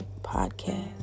podcast